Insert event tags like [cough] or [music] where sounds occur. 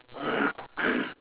[coughs]